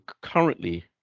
currently